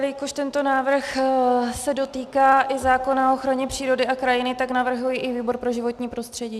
Jelikož tento návrh se dotýká i zákona o ochraně přírody a krajiny, tak navrhuji i výbor pro životní prostředí.